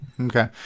Okay